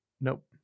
Nope